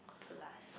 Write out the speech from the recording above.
plus